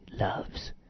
loves